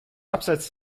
abseits